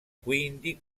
quindi